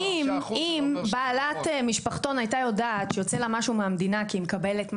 אם בעלת משפחתון הייתה יודעת שיוצא לה משהו מהמדינה כי היא מקבלת משהו,